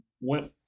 went